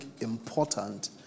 important